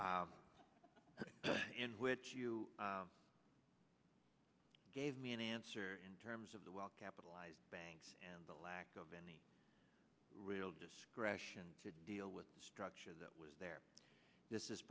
very in which you gave me an answer in terms of the well capitalized banks and the lack of any real discretion to deal with the structure that was there this is